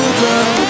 girl